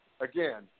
again